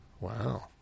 Wow